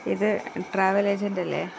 ഇത് ട്രാവൽ ഏജന്റല്ലേ